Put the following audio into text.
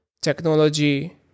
technology